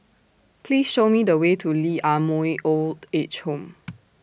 Please Show Me The Way to Lee Ah Mooi Old Age Home